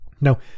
Now